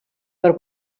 per